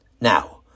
Now